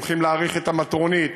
הולכים להאריך את המטרונית,